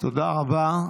תודה רבה.